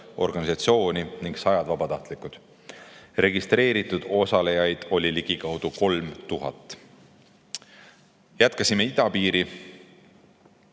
organisatsiooni ning sajad vabatahtlikud. Registreeritud osalejaid oli ligikaudu 3000. Jätkasime idapiiri